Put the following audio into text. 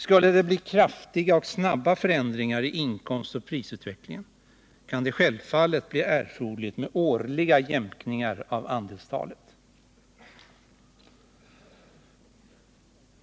Skulle det bli kraftiga och snabba förändringar i inkomstoch prisutvecklingen kan det självfallet bli erforderligt med årliga jämkningar av andelstalet.